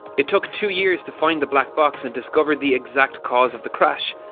it took two years to find the black box and discover the exact cause of the crash.